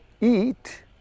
eat